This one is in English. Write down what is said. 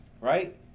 right